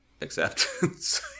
Acceptance